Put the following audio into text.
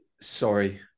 sorry